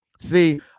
See